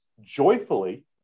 joyfully